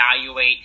evaluate